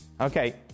Okay